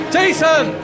Jason